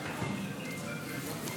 מצביע אופיר